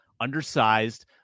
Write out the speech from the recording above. undersized